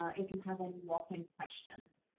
ah if you have any walk in questions.